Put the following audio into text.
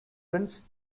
prince